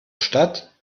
stadt